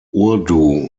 urdu